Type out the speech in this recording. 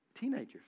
Teenagers